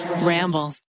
Ramble